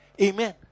amen